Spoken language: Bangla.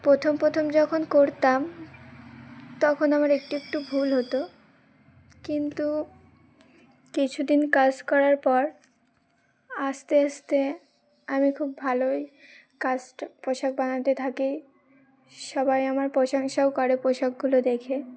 প্রথম প্রথম যখন করতাম তখন আমার একটু একটু ভুল হতো কিন্তু কিছুদিন কাজ করার পর আস্তে আস্তে আমি খুব ভালোই কাজটা পোশাক বানাতে থাকি সবাই আমার প্রশংসাও করে পোশাকগুলো দেখে